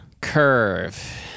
curve